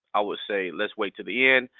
i would say let's wait till the end.